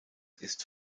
ist